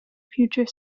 future